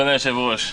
כבוד היושב-ראש,